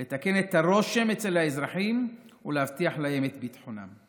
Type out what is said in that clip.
לתקן את הרושם אצל האזרחים ולהבטיח להם את ביטחונם.